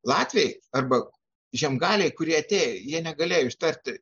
latviai arba žiemgaliai kurie atėjo jie negalėjo ištarti